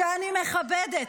שאני מכבדת.